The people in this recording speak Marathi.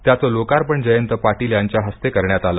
त्याचे लोकार्पण जयंत पाटील यांच्या हस्ते करण्यात आले